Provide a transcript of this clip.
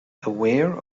aware